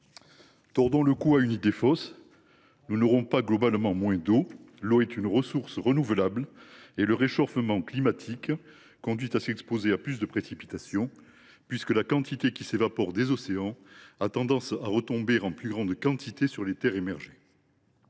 Tordons le cou à une idée fausse : nous n’aurons pas globalement moins d’eau. En effet, l’eau est une ressource renouvelable et le réchauffement climatique conduit à s’exposer à plus de précipitations puisque la quantité d’eau qui s’évapore des océans a tendance à retomber en plus grande quantité sur les terres émergées.